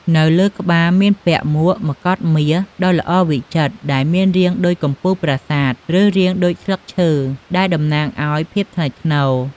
នៅលើក្បាល មានពាក់ មកុដមាសដ៏ល្អវិចិត្រ ដែលមានរាងដូចកំពូលប្រាសាទ ឬរាងដូចស្លឹកឈើ ដែលតំណាងឱ្យភាពថ្លៃថ្នូរ។